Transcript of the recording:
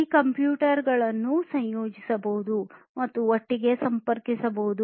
ಈ ಕಂಪ್ಯೂಟರ್ಗಳನ್ನು ಸಂಯೋಜಿಸಬಹುದು ಮತ್ತು ಒಟ್ಟಿಗೆ ಸಂಪರ್ಕಿಸಬಹುದು